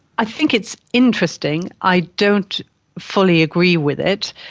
i think it's interesting. i don't fully agree with it.